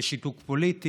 שיש שיתוק פוליטי,